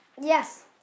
Yes